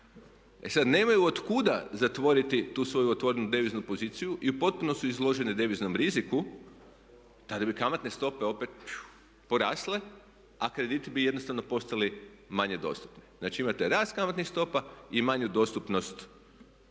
E sad, nemaju od kuda zatvoriti tu svoju otvorenu deviznu poziciju i u potpunosti su izložene deviznom riziku. Tada bi kamatne stope opet porasle, a krediti bi jednostavno postali manje dostupni. Znači, imate rast kamatnih stopa i manju dostupnost